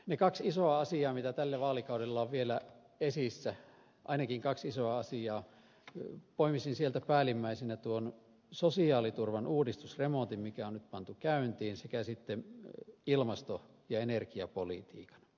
niistä kahdesta isosta asiasta mitkä tällä vaalikaudella ovat vielä esillä ainakin kaksi isoa asiaa poimisin sieltä päällimmäisenä tuon sosiaaliturvan uudistusremontin mikä on nyt pantu käyntiin sekä sitten ilmasto ja energiapolitiikan